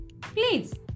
please